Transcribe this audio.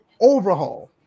overhaul